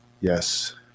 Yes